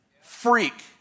freak